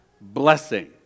blessing